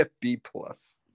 B-plus